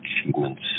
achievements